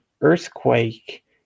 earthquake